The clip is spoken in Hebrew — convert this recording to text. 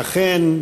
אכן,